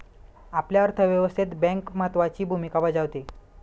आपल्या अर्थव्यवस्थेत बँक महत्त्वाची भूमिका बजावते